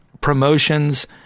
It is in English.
promotions